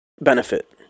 benefit